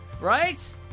Right